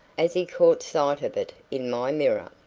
as he caught sight of it in my mirror.